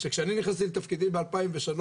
שכשאני נכנסתי לתפקידי ב-2003,